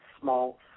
small